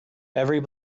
every